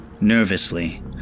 Nervously